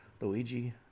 Luigi